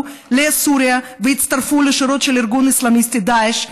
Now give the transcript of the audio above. לסוריה והצטרפו לשורות של הארגון האסלאמיסטי דאעש,